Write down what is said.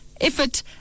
effort